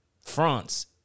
France